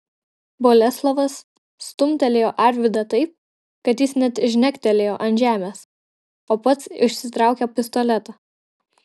boleslovas stumtelėjo arvydą taip kad jis net žnektelėjo ant žemės o pats išsitraukė pistoletą